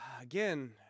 again